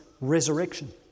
resurrection